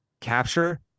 capture